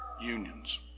unions